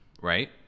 right